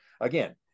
again